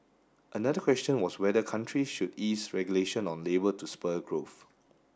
another question was whether countries should ease regulation on labour to spur growth